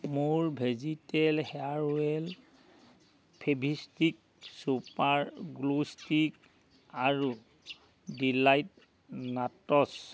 মোৰ ভেজীতেল hair oil Fevistick super glue stick আৰু ডিলাইট নাটছ